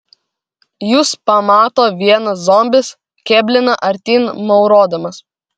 jus pamato vienas zombis kėblina artyn maurodamas